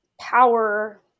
power